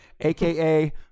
aka